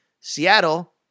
Seattle